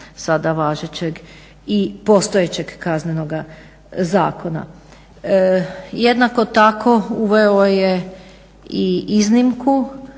sada važećeg i postojećeg Kaznenoga zakona. Jednako tako uveo je i iznimku